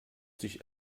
dich